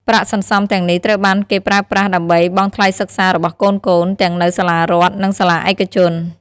ប្រាក់សន្សំទាំងនេះត្រូវបានគេប្រើប្រាស់ដើម្បីបង់ថ្លៃសិក្សារបស់កូនៗ ទាំងនៅសាលារដ្ឋ និងសាលាឯកជន។